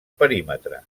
perímetre